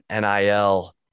NIL